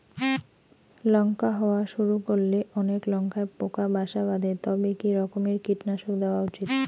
লঙ্কা হওয়া শুরু করলে অনেক লঙ্কায় পোকা বাসা বাঁধে তবে কি রকমের কীটনাশক দেওয়া উচিৎ?